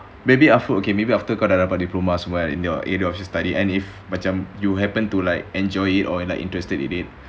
maybe afte~ after kau dah dapat diploma semua in your area of your study and if macam you happened to like enjoy it or in like interested in it